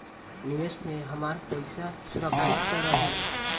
निवेश में हमार पईसा सुरक्षित त रही?